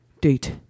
Date